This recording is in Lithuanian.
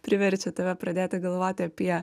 priverčia tave pradėti galvoti apie